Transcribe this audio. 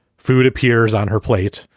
food appears on her plate.